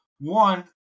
one